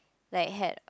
like had a